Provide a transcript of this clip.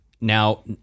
Now